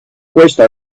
questo